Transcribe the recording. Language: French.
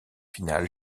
finale